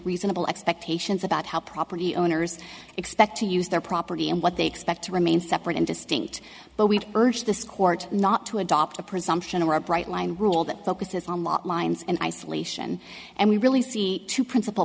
reasonable expectations about how property owners expect to use their property and what they expect to remain separate and distinct but we urge this court not to adopt a presumption or a bright line rule that focuses on lot lines in isolation and we really see two princip